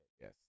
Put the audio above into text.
Yes